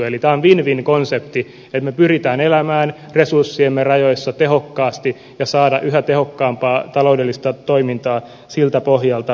eli tämä on win win konsepti että me pyrimme elämään resurssiemme rajoissa tehokkaasti ja saamaan yhä tehokkaampaa taloudellista toimintaa siltä pohjalta